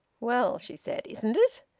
well, she said, isn't it?